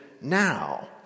now